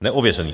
Neověřený.